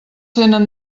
tenen